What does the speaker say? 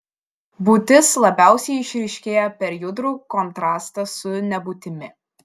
būtis labiausiai išryškėja per judrų kontrastą su nebūtimi